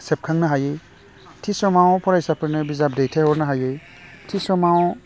सेबखांनो हायै थि समाव फरायसाफोरनो बिजाब दैथायहरनो हायै थि समाव